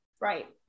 Right